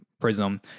prism